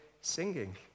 singing